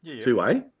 two-way